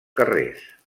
carrers